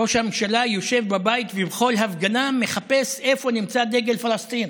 ראש הממשלה יושב בבית ובכל הפגנה מחפש איפה נמצא דגל פלסטין